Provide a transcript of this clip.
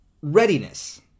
readiness